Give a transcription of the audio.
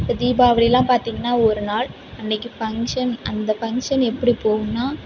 இப்போ தீபாவளிலாம் பார்த்திங்கனா ஒருநாள் அன்னைக்கு ஃபங்ஷன் அந்த ஃபங்ஷன் எப்படி போகும்ன்னா